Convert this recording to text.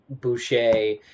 boucher